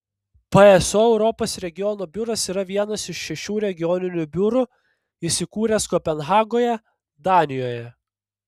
pso europos regiono biuras yra vienas iš šešių regioninių biurų įsikūręs kopenhagoje danijoje